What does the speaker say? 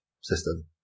system